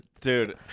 dude